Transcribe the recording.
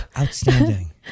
Outstanding